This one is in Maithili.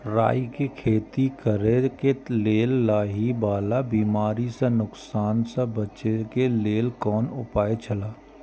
राय के खेती करे के लेल लाहि वाला बिमारी स नुकसान स बचे के लेल कोन उपाय छला?